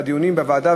והדיונים בוועדה,